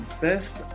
best